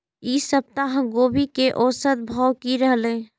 ई सप्ताह गोभी के औसत भाव की रहले?